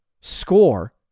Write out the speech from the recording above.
score